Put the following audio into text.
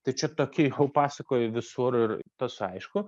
tai čia tokį jau pasakoju visur ir tas aišku